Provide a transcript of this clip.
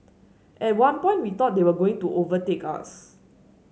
at one point we thought they were going to overtake us